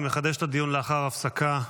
אני מחדש את הדיון לאחר הפסקה.